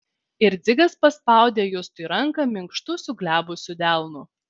ir dzigas paspaudė justui ranką minkštu suglebusiu delnu